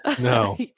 no